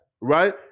right